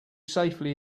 safely